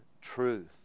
truth